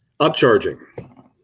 upcharging